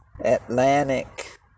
Atlantic